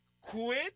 Quit